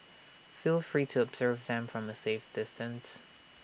feel free to observe them from A safe distance